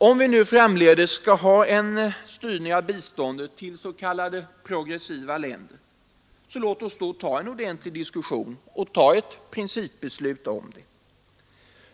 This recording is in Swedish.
Om vi nu framdeles skall ha en styrning av biståndet till så kallade progressiva länder, låt oss då ta en ordentlig diskussion och ett principbeslut om det.